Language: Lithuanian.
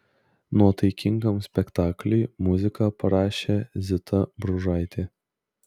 nuotaikingam spektakliui muziką parašė zita bružaitė